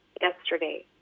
Yesterday